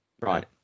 Right